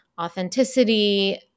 authenticity